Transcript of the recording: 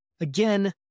Again